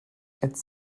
its